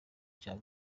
cya